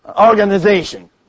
organization